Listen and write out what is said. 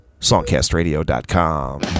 songcastradio.com